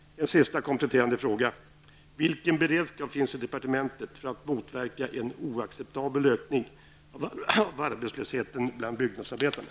Min sista kompletterande fråga: Vilken beredskap finns det i departementet för att motverka en oacceptabel ökning av arbetslösheten bland byggnadsarbetarna?